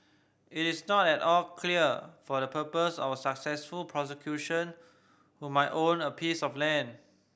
it is not at all clear for the purpose of a successful prosecution who might own a piece of land